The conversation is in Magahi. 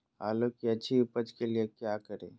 आलू की अच्छी उपज के लिए क्या करें?